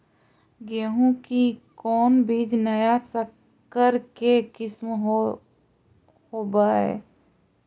गेहू की कोन बीज नया सकर के किस्म होब हय?